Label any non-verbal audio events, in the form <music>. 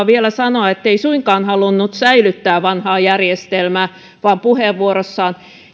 <unintelligible> vielä sanoa ettei suinkaan halunnut säilyttää vanhaa järjestelmää vaan puheenvuorossaan